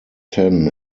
ten